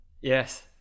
yes